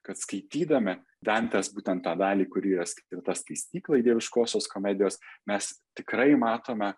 kad skaitydami dantės būtent tą dalį kur yra va ta skaistykla dieviškosios komedijos mes tikrai matome